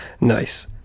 Nice